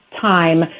time